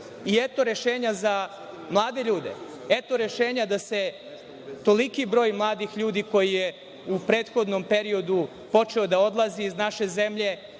rešenja za mlade ljude. Eto rešenja da se toliki broj mladih ljudi koji je u prethodnom periodu počeo da odlazi iz naše zemlje,